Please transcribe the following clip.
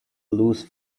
loose